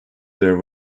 their